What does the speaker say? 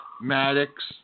Maddox